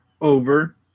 Over